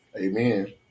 Amen